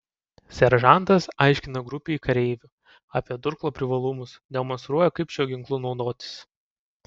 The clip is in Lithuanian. seržantas aiškina grupei kareivių apie durklo privalumus demonstruoja kaip šiuo ginklu naudotis